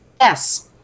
Yes